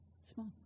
small